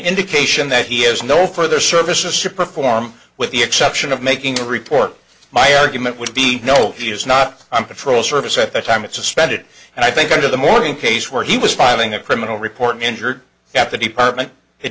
indication that he has no further services should perform with the exception of making a report my argument would be no he is not i'm control service at the time it suspended and i think under the morning case where he was filing a criminal report injured at the department it